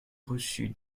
reçu